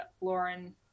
lauren